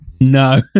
No